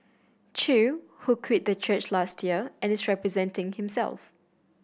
chew who quit the church last year and is representing himself